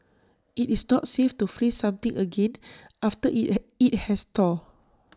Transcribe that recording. IT is not safe to freeze something again after IT has IT has thawed